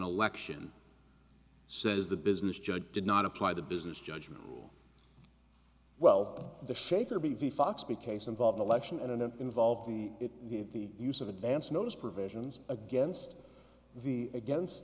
election says the business judge did not apply the business judgment well the shaker b v fox b case involving election and it involved the the use of advance notice provisions against the against